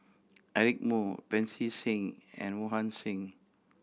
Eric Moo Pancy Seng and Mohan Singh